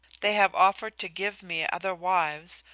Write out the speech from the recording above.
they have offered to give me other wives,